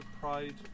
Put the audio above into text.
pride-